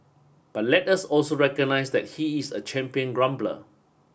but let us also recognize that he is a champion grumbler